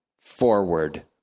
forward